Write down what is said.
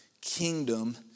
kingdom